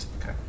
Okay